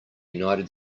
united